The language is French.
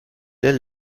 est